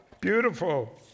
Beautiful